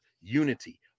unity